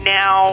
now